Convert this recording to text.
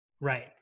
Right